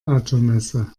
automesse